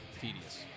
tedious